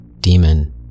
demon